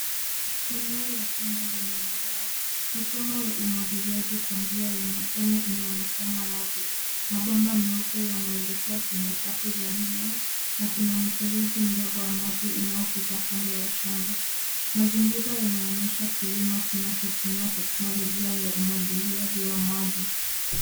Eneo la shamba lenye mazao mifumo ya umwagiliaji kwa njia ya matone inaonekana wazi. Mabomba meupe yanaekelea kwenye safu za mimea na kuna mifereji mdogo wa maji unaopita kando ya shamba. Mazingira yanaonyesha kilimo kinachotumia teknolojia ya umwagiliaji wa maji.